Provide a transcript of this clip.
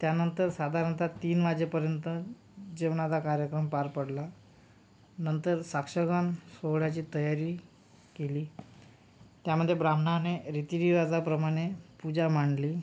त्यानंतर साधारणत तीन वाजेपर्यंत जेवणाचा कार्यक्रम पार पडला नंतर साक्षगंध सोहळ्याची तयारी केली त्यामध्ये ब्राम्हणाने रीतिरिवाजाप्रमाणे पूजा मांडली